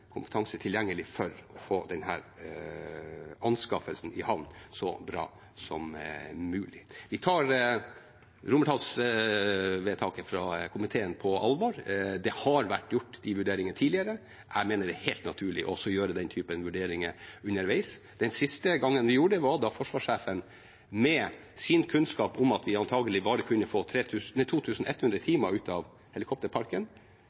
tilgjengelig kompetanse for å få denne anskaffelsen i havn så bra som mulig. Vi tar romertallsvedtaket fra komiteen på alvor. Det har vært gjort vurderinger tidligere. Jeg mener det er helt naturlig å gjøre den typen vurderinger underveis. Den siste gangen vi gjorde det, var da forsvarssjefen med sin kunnskap om at vi antagelig bare kunne få 2 100 timer ut av helikopterparken,